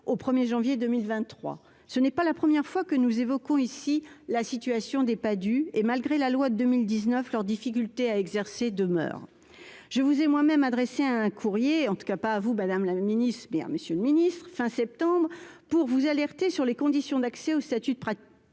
au 1er janvier 2023, ce n'est pas la première fois que nous évoquons ici la situation des pas du et malgré la loi de 2019, leurs difficultés à exercer demeure je vous ai moi-même adressé un courrier en tout cas pas à vous, Madame la Ministre, bien Monsieur le Ministre, fin septembre pour vous alerter sur les conditions d'accès au statut de praticien